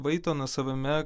vaito nuosavame